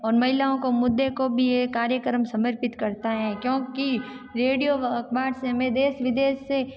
और महिलाओं को मुद्दे को भी ये कार्यक्रम समर्पित करता है क्योंकि रेडियो व अखबार से हमें देश विदेश से